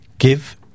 Give